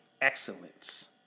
excellence